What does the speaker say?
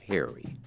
Harry